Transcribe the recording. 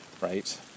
Right